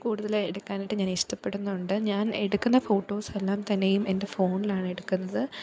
കൂടുതൽ എടുക്കാനായിട്ട് ഞാന് ഇഷ്ടപ്പെടുന്നുണ്ട് ഞാന് എടുക്കുന്ന ഫോട്ടോസെല്ലാം തന്നെയും എന്റെ ഫോണിലാണ് എടുക്കുന്നത്